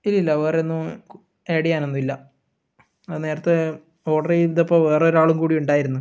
ഇല്ലില്ല വേറൊന്നും കു ആഡ് ചെയ്യാനൊന്നുമില്ല അത് നേരത്തെ ഓർഡർ ചെയ്തപ്പോൾ വേറെ ഒരാളും കൂടി ഉണ്ടായിരുന്നു